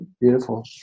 beautiful